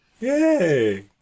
Yay